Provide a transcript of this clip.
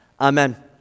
Amen